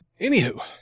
Anywho